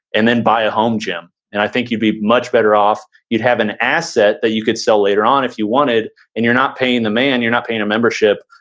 and then buy a home gym, and i think you'd be much better off. you'd have an asset that you could sell later on if you wanted, and you're not paying the man, you're not paying a membership,